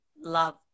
love